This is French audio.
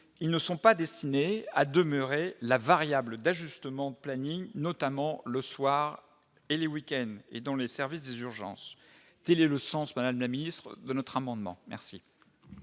ils ne sont pas destinés à demeurer la variable d'ajustement de planning, notamment le soir et le week-end et dans les services d'urgence télé le sens Madame la Ministre de notre amendement merci.